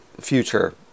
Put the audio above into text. future